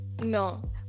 No